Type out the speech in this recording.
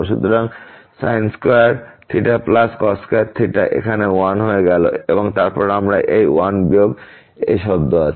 সুতরাং যে sin square theta plus cos square theta এখানে 1 হয়ে গেল এবং তারপর আমরা এই 1 বিয়োগ এই শব্দ আছে